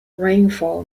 rainfall